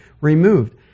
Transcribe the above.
removed